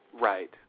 Right